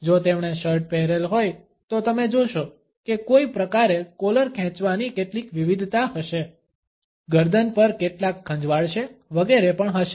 જો તેમણે શર્ટ પહેરેલ હોય તો તમે જોશો કે કોઈ પ્રકારએ કોલર ખેંચવાની કેટલીક વિવિધતા હશે ગરદન પર કેટલાક ખંજવાળશે વગેરે પણ હશે